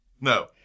no